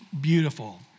beautiful